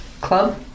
club